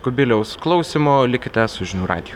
kubiliaus klausymo likite su žinių radiju